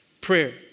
prayer